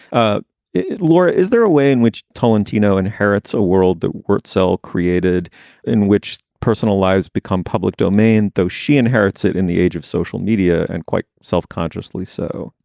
ah laura, is there a way in which tolentino inherits a world that wortzel created in which personal lives become public domain, though she inherits it in the age of social media and quite self-consciously so?